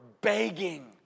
begging